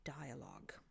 dialogue